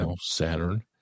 Saturn